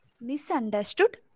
Misunderstood